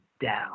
down